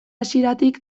hasieratik